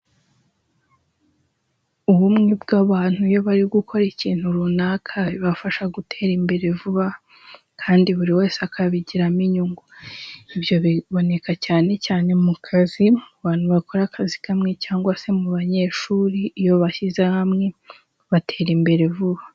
Ubumwe bw'abantu iyo bari gukora ikintu runaka bibafasha gutera imbere vuba, kandi buri wese akabigiramo inyungu. Ibyo biboneka cyane cyane mu kazi, mu bantu bakora akazi kamwe cyangwa se mu banyeshuri iyo bashyize hamwe batera imbere vuba.